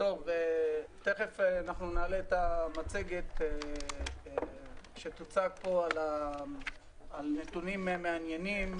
תכף נעלה את המצגת שתוצג פה על נתונים מעניינים.